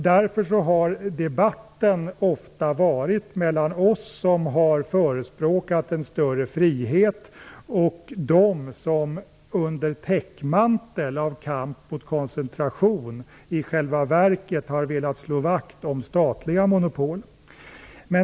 Därför har debatten ofta förts mellan oss som har förespråkat en större frihet och dem som under täckmantel av kamp mot koncentration i själva verket har velat slå vakt om statliga monopol.